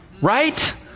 Right